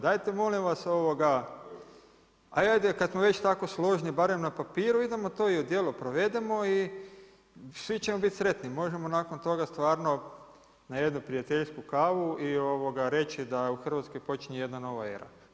Dajte molim vas, ovoga, ajde kad smo već složni barem na papiru, idemo to i na dijelu provedemo i svi ćemo biti sretni, možemo nakon toga stvarno na jednu prijateljsku kavu i reći da u Hrvatskoj počinje jedna nova era.